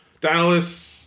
Dallas